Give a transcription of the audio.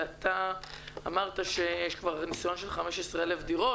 ואתה אמרת שיש כבר ניסיון של 15,000 דירות,